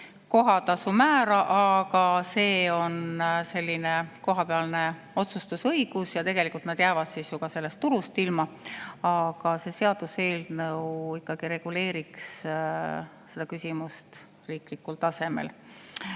kohatasu määra, aga see on selline kohapealne otsustusõigus ja tegelikult nad jäävad siis tulust ilma. See seaduseelnõu reguleeriks seda küsimust riiklikul tasemel.